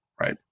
Right